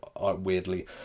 weirdly